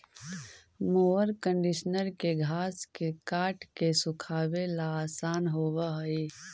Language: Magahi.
मोअर कन्डिशनर के घास के काट के सुखावे ला आसान होवऽ हई